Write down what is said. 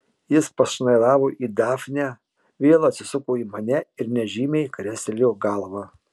jis pašnairavo į dafnę vėl atsisuko į mane ir nežymiai krestelėjo galva